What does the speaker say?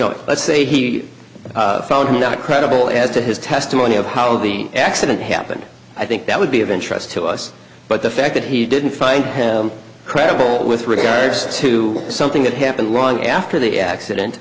know let's say he found not credible as to his testimony of how the accident happened i think that would be of interest to us but the fact that he didn't find him credible with regards to something that happened long after the accident